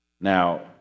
Now